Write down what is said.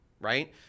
right